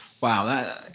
Wow